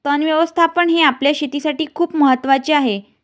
तण व्यवस्थापन हे आपल्या शेतीसाठी खूप महत्वाचे आहे